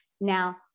Now